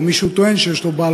או מי שהוא טוען שיש לו חוב